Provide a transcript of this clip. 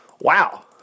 Wow